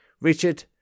Richard